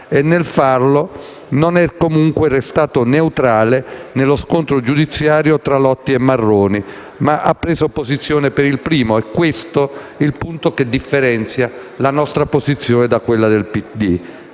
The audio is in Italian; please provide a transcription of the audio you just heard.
Nel farlo, non è comunque restato neutrale nello scontro giudiziario tra Lotti e Marroni, ma ha preso posizione per il primo. Questo è il punto che differenzia la nostra posizione da quella del PD.